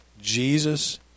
jesus